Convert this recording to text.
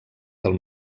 del